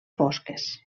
fosques